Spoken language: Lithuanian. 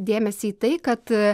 dėmesį į tai kad